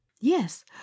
Yes